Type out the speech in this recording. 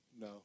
no